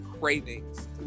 cravings